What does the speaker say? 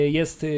jest